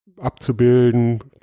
abzubilden